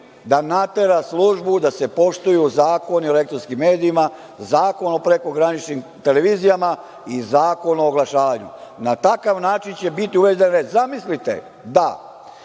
da natera službu da se poštuju Zakon o elektronskim medijima, Zakon o prekograničnim televizijama i Zakon o oglašavanju. Na takav način će biti uređene. Zamislite da